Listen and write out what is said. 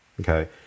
okay